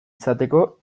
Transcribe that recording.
izateko